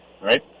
Right